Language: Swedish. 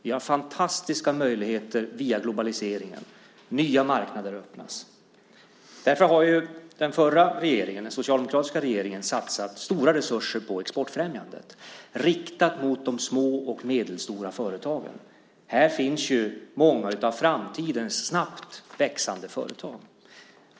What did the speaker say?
Vi har fantastiska möjligheter med hjälp av globaliseringen. Nya marknader öppnas. Därför har den förra socialdemokratiska regeringen satsat stora resurser på exportfrämjandet riktat mot de små och medelstora företagen. Här finns många av framtidens snabbt växande företag.